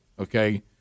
okay